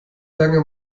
lange